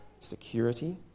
security